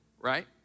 right